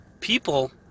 people